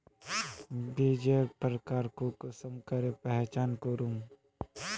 बीजेर प्रकार कुंसम करे पहचान करूम?